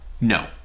No